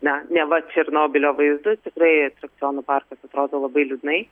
ne neva černobylio vaizdus tikrai atrakcionų parkas atrodo labai liūdnai